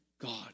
God